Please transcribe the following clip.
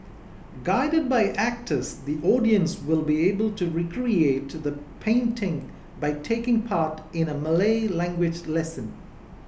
guided by actors the audience will be able to recreate the painting by taking part in a Malay language lesson